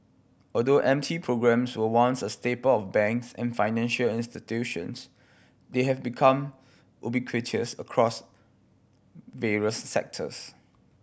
although M T programmes were once a staple of banks and financial institutions they have become ubiquitous across various sectors